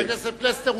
חבר הכנסת פלסנר,